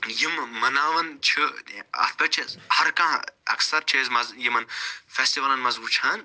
یِم مناوَن چھِ اَتھ پٮ۪ٹھ چھِ ہر کانٛہہ اَکثر چھِ أسۍ منٛزٕ یِمَن فیٚسٹِوَلَن منٛز وُچھان